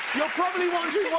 you're probably wondering